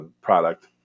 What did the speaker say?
product